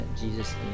Jesus